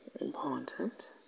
important